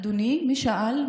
אדוני, מי שאל?